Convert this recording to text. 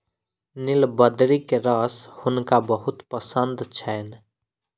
नीलबदरी के रस हुनका बहुत पसंद छैन